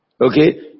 Okay